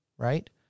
Right